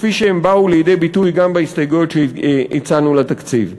כפי שהם באו לידי ביטוי גם בהסתייגויות שהצענו לתקציב.